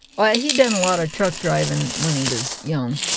well he'd done a lot of truck driving when he was young.